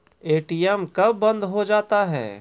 ATM कब बंद हो जाता हैं?